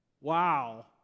Wow